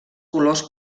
colors